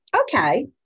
Okay